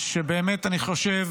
שבאמת אני חושב